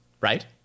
right